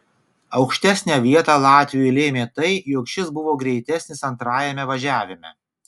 aukštesnę vietą latviui lėmė tai jog šis buvo greitesnis antrajame važiavime